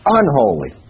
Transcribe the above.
unholy